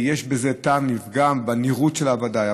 יש בזה טעם לפגם, בנראות שלה ודאי.